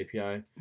API